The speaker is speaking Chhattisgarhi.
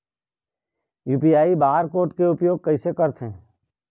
यू.पी.आई बार कोड के उपयोग कैसे करथें?